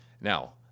Now